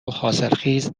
حاصلخیز